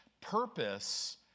Purpose